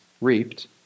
reaped